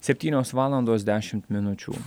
septynios valandos dešimt minučių